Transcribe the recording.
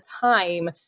time